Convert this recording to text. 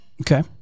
Okay